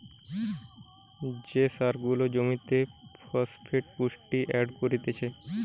যে সার জুলা জমিরে ফসফেট পুষ্টি এড করতিছে